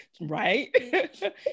right